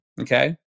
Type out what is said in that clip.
Okay